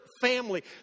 family